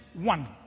one